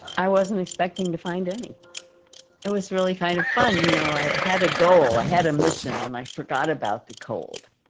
i wasn't expecting to find any, but it was really kind of fun. you know i had a goal, i had a mission and i forgot about the cold.